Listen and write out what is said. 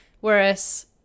Whereas